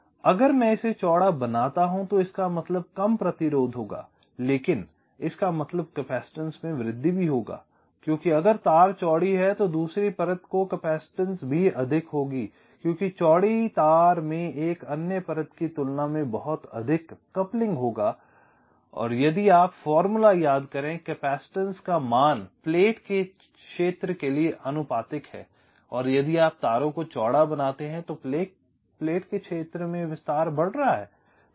इसलिए अगर मैं इसे चौड़ा बनाता हूं तो इसका मतलब कम प्रतिरोध होगा लेकिन इसका मतलब कैपेसिटेंस में वृद्धि भी होगा क्योंकि अगर तार चौड़ी है तो दूसरी परत को कैपेसिटेंस भी अधिक होगी क्योंकि चौड़ी तार में एक अन्य परत की तुलना में बहुत अधिक युग्मन होगा यदि आप फार्मूला याद करें कि कैपेसिटेंस का मान प्लेट के क्षेत्र के लिए आनुपातिक है और यदि आप तारों को चौड़ा बनाते हैं तो प्लेट के क्षेत्र में विस्तार बढ़ रहा है